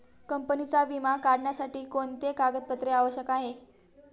कंपनीचा विमा काढण्यासाठी कोणते कागदपत्रे आवश्यक आहे?